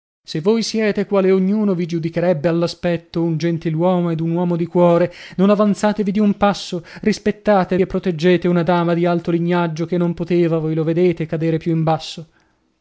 se voi siete quale ognuno vi giudicherebbe all'aspetto un gentiluomo ed un uomo di cuore non avanzatevi di un passo rispettate e proteggete una dama di alto lignaggio che non poteva voi lo vedete cadere più basso